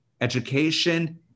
education